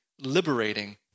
liberating